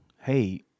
Hey